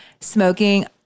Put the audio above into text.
smoking